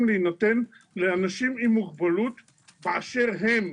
להינתן לאנשים עם מוגבלות באשר הם,